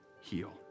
heal